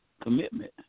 commitment